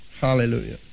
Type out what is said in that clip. Hallelujah